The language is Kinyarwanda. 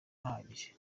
ahagije